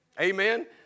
Amen